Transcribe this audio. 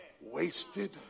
Wasted